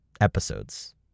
episodes